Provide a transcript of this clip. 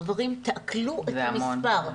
חברים, תעכלו את המספר.